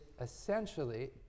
essentially